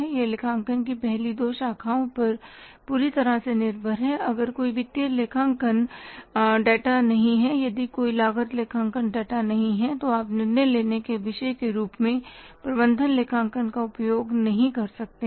यह लेखांकन की पहली दो शाखाओं पर पूरी तरह से निर्भर है अगर कोई वित्तीय लेखांकन डेटा नहीं है यदि कोई लागत लेखांकन डाटा नहीं है तो आप निर्णय लेने के विषय के रूप में प्रबंधन लेखांकन का उपयोग नहीं कर सकते हैं